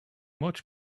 much